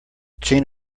chain